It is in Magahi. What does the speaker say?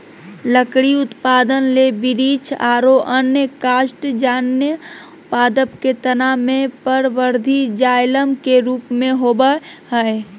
लकड़ी उत्पादन ले वृक्ष आरो अन्य काष्टजन्य पादप के तना मे परवर्धी जायलम के रुप मे होवअ हई